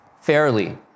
fairly